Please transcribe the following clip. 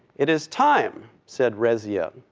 it is time said rezia,